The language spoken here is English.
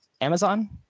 amazon